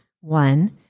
one